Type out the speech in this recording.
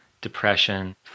depression